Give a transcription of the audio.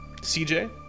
CJ